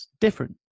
different